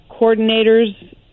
coordinators